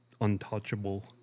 untouchable